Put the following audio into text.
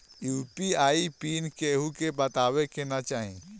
UPI pin केहू के बतावे के ना चाही